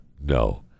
no